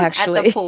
actually at the pool